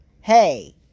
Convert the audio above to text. hey